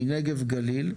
מנגב גליל,